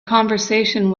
conversation